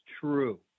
true